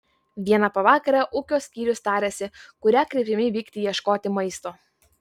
vieną pavakarę ūkio skyrius tarėsi kuria kryptimi vykti ieškoti maisto